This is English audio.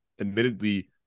admittedly